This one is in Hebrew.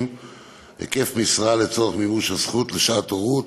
נשים (היקף המשרה לצורך מימוש הזכות לשעת הורות).